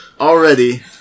already